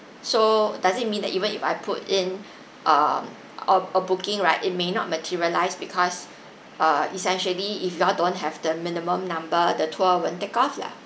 so does it mean that even if I put in um a a booking right it may not materialise because uh essentially if you all don't have the minimum number the tour won't take off lah